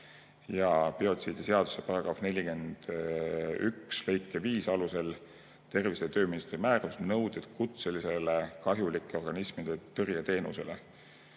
ja biotsiidiseaduse § 41 lõike 5 alusel tervise‑ ja tööministri määrus "Nõuded kutselisele kahjulike organismide tõrje teenusele".